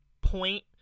point